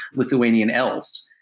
lithuanian elves,